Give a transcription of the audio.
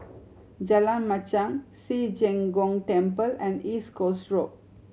Jalan Machang Ci Zheng Gong Temple and East Coast Road